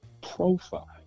profile